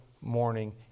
morning